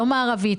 לא מערבית,